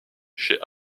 chez